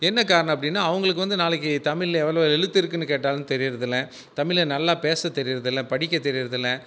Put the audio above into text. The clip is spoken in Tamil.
என்ன காரணம் அப்படின்னா அவங்களுக்கு வந்து நாளைக்கு தமிழ் எவ்வளோ எழுத்து இருக்குன்னு கேட்டாலும் தெரியிறது இல்லை தமிழை நல்லா பேச தெரியிறது இல்லை படிக்க தெரியிறது இல்லை